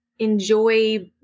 Enjoy